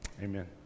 amen